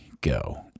go